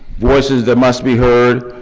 voices that must be heard,